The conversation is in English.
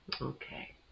Okay